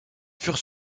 furent